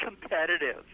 competitive